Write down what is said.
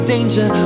danger